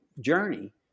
journey